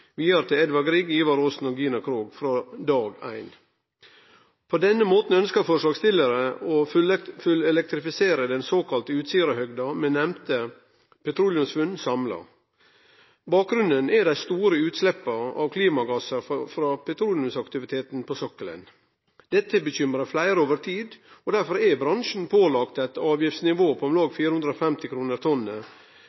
vidare til Edvard Grieg, Ivar Aasen og Gina Krog frå dag éin. På denne måten ønskjer forslagsstillarane å fullelektrifisere den såkalla Utsirahøgda med nemnde petroleumsfunn samla. Bakgrunnen er dei store utsleppa av klimagassar frå petroleumsaktiviteten på sokkelen. Dette har bekymra fleire over tid, og derfor er bransjen pålagd eit avgiftsnivå på om